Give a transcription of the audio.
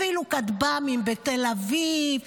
אפילו כטב"מים בתל אביב,